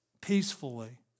peacefully